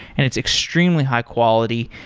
and it's extremely high quality.